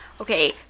Okay